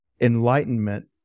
enlightenment